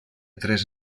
tres